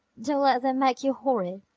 don't let them make you horrid!